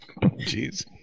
Jeez